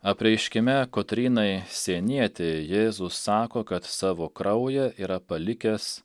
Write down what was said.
apreiškime kotrynai sienietei jėzus sako kad savo kraują yra palikęs